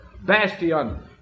bastion